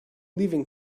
leaving